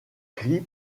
gris